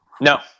No